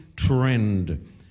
trend